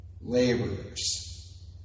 laborers